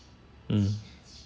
mm